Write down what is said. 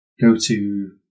go-to